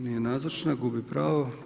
Nije nazočna, gubi pravo.